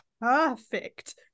perfect